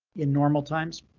in normal times,